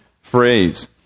phrase